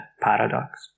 paradox